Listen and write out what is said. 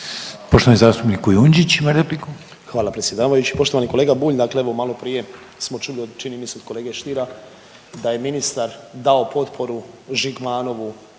ima repliku. **Kujundžić, Ante (MOST)** Hvala predsjedavajući. Poštovani kolega Bulj, dakle evo maloprije smo čuli od, čini mi se, kolege Stiera da je ministar dao potporu Žigmanovu,